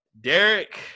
Derek